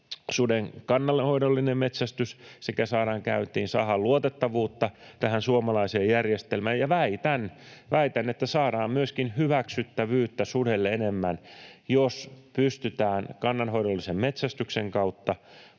suden kannanhoidollinen metsästys saadaan käyntiin, saadaan luotettavuutta tähän suomalaiseen järjestelmään, ja väitän — väitän — että saadaan myöskin hyväksyttävyyttä sudelle enemmän, jos pystytään kannanhoidollisen metsästyksen kautta